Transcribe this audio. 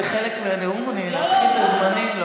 זה חלק מהנאום, אני אתחיל בזמנים?